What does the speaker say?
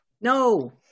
No